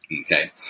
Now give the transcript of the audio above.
Okay